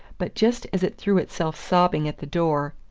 but just as it threw itself sobbing at the door